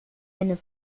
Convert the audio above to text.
eine